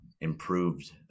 improved